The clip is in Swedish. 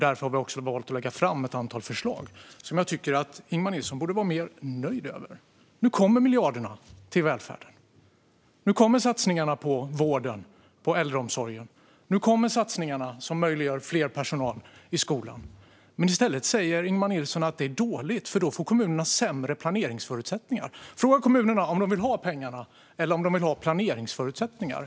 Därför har vi valt att lägga fram ett antal förslag, som jag tycker att Ingemar Nilsson borde vara mer nöjd med. Nu kommer miljarderna till välfärden, nu kommer satsningarna på vården och äldreomsorgen och nu kommer satsningarna som möjliggör mer personal i skolan. Men Ingemar Nilsson säger i stället att det är dåligt, för då får kommunerna sämre planeringsförutsättningar. Fråga kommunerna om de vill ha pengarna eller om de vill ha planeringsförutsättningar!